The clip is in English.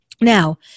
Now